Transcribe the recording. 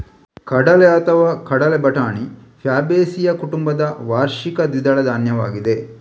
ಕಡಲೆಅಥವಾ ಕಡಲೆ ಬಟಾಣಿ ಫ್ಯಾಬೇಸಿಯೇ ಕುಟುಂಬದ ವಾರ್ಷಿಕ ದ್ವಿದಳ ಧಾನ್ಯವಾಗಿದೆ